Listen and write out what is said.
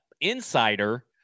insider